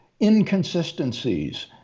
inconsistencies